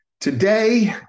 Today